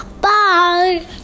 Bye